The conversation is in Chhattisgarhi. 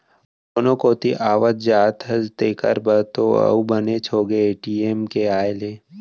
कोनो कोती आवत जात हस तेकर बर तो अउ बनेच होगे ए.टी.एम के आए ले